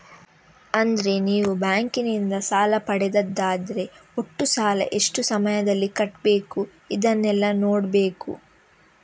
ಅಂದ್ರೆ ನೀವು ಬ್ಯಾಂಕಿನಿಂದ ಸಾಲ ಪಡೆದದ್ದಾದ್ರೆ ಒಟ್ಟು ಸಾಲ, ಎಷ್ಟು ಸಮಯದಲ್ಲಿ ಕಟ್ಬೇಕು ಇದನ್ನೆಲ್ಲಾ ನೋಡ್ಬೇಕು